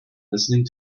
listening